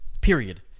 Period